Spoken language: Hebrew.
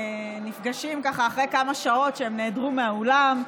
נפגשים ככה אחרי כמה שעות שהם נעדרו מהאולם,